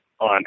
on